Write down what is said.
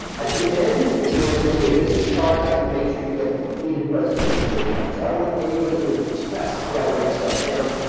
at the end, if you want to hand me a business card i can make sure you get the completed presentation with notes. i don't want anybody here to feel stressed, like you got to write stuff down.